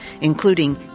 including